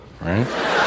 Right